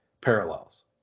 parallels